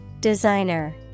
Designer